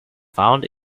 found